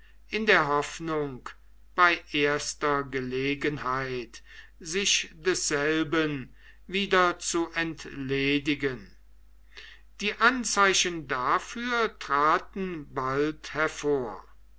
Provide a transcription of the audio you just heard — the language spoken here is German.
in der hoffnung bei erster gelegenheit sich desselben wieder zu entledigen die anzeichen dafür traten bald hervor